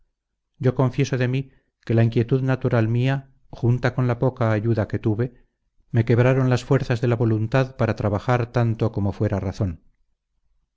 yo confieso de mí que la inquietud natural mía junta con la poca ayuda que tuve me quebraron las fuerzas de la voluntad para trabajar tanto como fuera razón